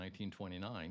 1929